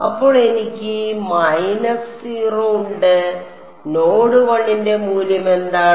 അപ്പോൾ എനിക്ക് മൈനസ് 0 ഉണ്ട് നോഡ് 1 ന്റെ മൂല്യം എന്താണ്